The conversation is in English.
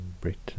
Britain